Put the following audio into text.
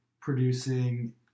producing